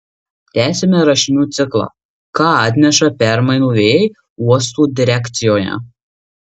tęsiame rašinių ciklą ką atneša permainų vėjai uosto direkcijoje